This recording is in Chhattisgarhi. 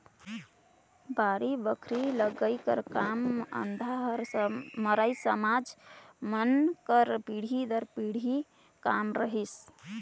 बाड़ी बखरी लगई कर काम धंधा हर मरार समाज मन कर पीढ़ी दर पीढ़ी काम रहिस